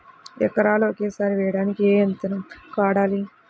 ఎకరాలు ఒకేసారి వేయడానికి ఏ యంత్రం వాడాలి?